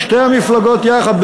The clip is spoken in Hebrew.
שתי המפלגות יחד,